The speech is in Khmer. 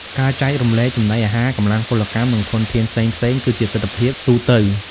ការចែករំលែកចំណីអាហារ កម្លាំងពលកម្ម និងធនធានផ្សេងៗ គឺជាទិដ្ឋភាពទូទៅ។